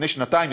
לפני שנתיים.